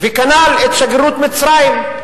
וכנ"ל את שגרירות מצרים.